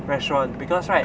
restaurant because right